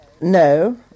no